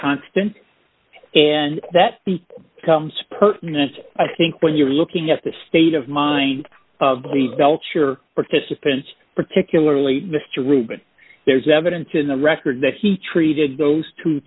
constant and that becomes pertness i think when you're looking at the state of mind of the belcher participants particularly mr rubin there's evidence in the record that he treated those two